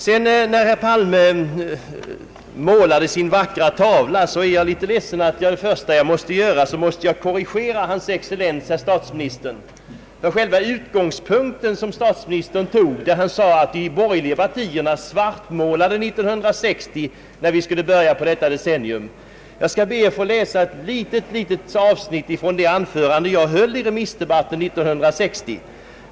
När herr Palme målade sin vackra tavla, är jag litet ledsen över att jag måste korrigera hans excellens statsministern. Utgångspunkten för statsministerns resonemang var att de borgerliga partierna svartmålade, när vi skulle börja detta nya decennium 1960. Jag skall be att få läsa upp ett litet avsnitt ur det anförande jag höll i remissdebatten 1960.